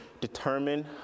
determine